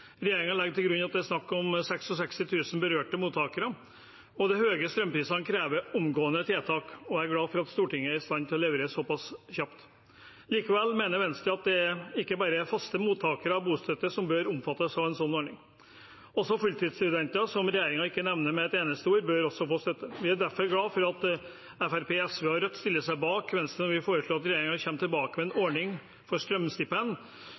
legger til grunn at det er snakk om 66 000 berørte mottakere. De høye strømprisene krever omgående tiltak, og jeg er glad for at Stortinget er i stand til å levere såpass kjapt. Likevel mener Venstre at det ikke bare er faste mottakere av bostøtte som bør omfattes av en slik ordning. Også fulltidsstudenter, som regjeringen ikke nevner med et eneste ord, bør få støtte. Vi er derfor glad for at Fremskrittspartiet, SV og Rødt stiller seg bak oss i Venstre når vi foreslår at regjeringen kommer tilbake med en ordning for